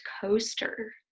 Coaster